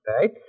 right